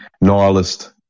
nihilist